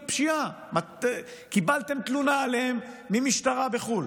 פשיעה או קיבלתם תלונה עליהם ממשטרה בחו"ל?